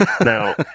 Now